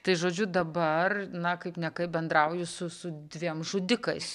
tai žodžiu dabar na kaip nekaip bendrauju su su dviem žudikais